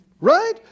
Right